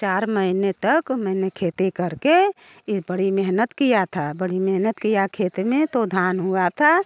चार महीने तक मैंने खेती कर के ये बड़ी मेहनत किया था बड़ी मेहनत किया खेत में तो धान हुआ था